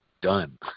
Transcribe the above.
Done